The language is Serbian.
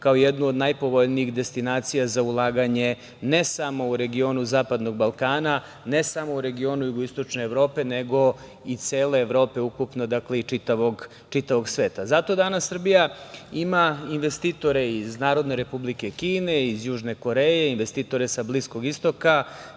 kao jednu od najpovoljnijih destinacija za ulaganje ne samo u regionu Zapadnog Balkana, ne samo u regionu Jugoistočne Evrope, nego i cele Evrope ukupno, dakle i čitavog sveta. Zato danas Srbija ima investitore iz Narodne Republike Kine, iz Južne Koreje, investitore sa Bliskog Istoka,